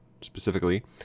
specifically